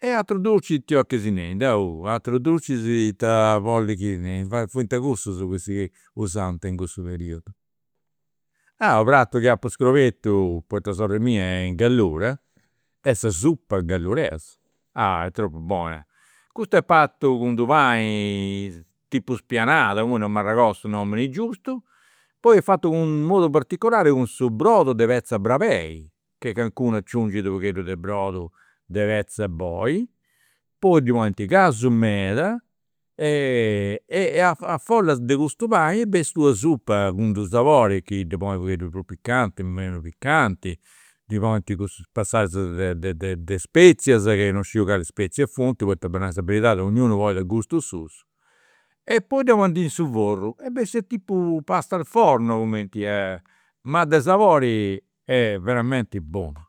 E aterus druci, ita 'olis chi si nerit. Deu aterus drucis ita bolli chi ti nerit, fuant cussus chi si usant in cussu periudu. U' pratu chi apu scobertu, poita sorri mia est in Gallura, est sa suppa gadduresa. Ah tropu bona, custu est fatu cun d'unu pani tipu spianada, imui non m'arregodu su nomini giustu, poi est fatu in d'u' modu particolari cun su brodu de petz'e brabei, che calincunu aciungit u' pogheddu de brodu de petz'e boi, poi ddi ponint casu meda e a folla de custu pani bessit una suppa cun d'u' sabori, chi ddu ponit u' pogheddu prus picanti, menu picanti, ddi ponint cussu passadas de de de spezias, che non sciu cali spezias funt poita po nai sa beridadi donniunu ponit a gustu sus. E poi dda ponint in su forru e bessit tipu pasta al forno cumenti, ma de sabori est veramenti bonu